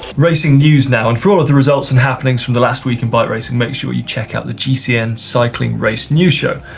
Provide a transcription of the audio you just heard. racing news now, and for all of the results and happenings from the last week in bike racing make sure you check out the gcn cycling race news show.